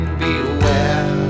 beware